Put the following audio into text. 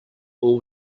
all